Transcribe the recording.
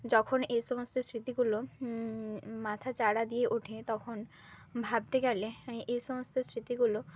যখন এই সমস্ত স্মৃতিগুলো মাথাচাড়া দিয়ে ওঠে তখন ভাবতে গেলে এই সমস্ত স্মৃতিগুলো